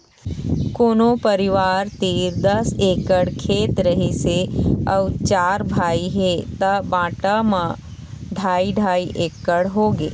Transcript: कोनो परिवार तीर दस एकड़ खेत रहिस हे अउ चार भाई हे त बांटा म ढ़ाई ढ़ाई एकड़ होगे